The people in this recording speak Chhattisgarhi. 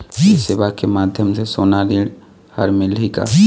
ये सेवा के माध्यम से सोना ऋण हर मिलही का?